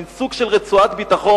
מין סוג של רצועת ביטחון,